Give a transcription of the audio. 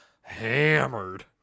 hammered